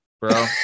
Bro